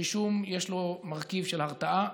רישום, יש לו מרכיב של הרתעה.